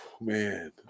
Man